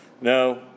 No